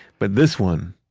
but this one,